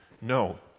no